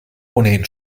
ohnehin